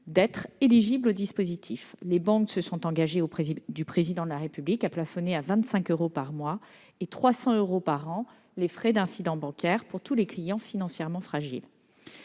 d'être éligibles au dispositif. Les banques se sont engagées auprès du Président de la République à plafonner à 25 euros par mois et à 300 euros par an les frais d'incidents bancaires pour tous les clients concernés.